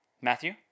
Matthew